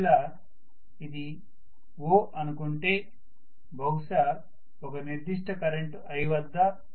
ఒక వేళ ఇది O అనుకుంటే బహుశా ఒక నిర్దిష్ట కరెంటు i వద్ద